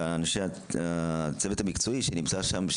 ואנשי הצוות המקצועי שנמצא שם,